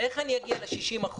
איך אני אגיע ל-60%?